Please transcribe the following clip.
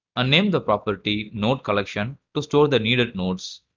name the property node collection to store the needed nodes.